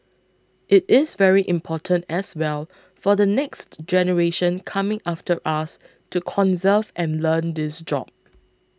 it is very important as well for the next generation coming after us to conserve and learn this job